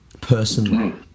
personally